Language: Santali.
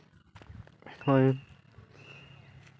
ᱦᱳᱭ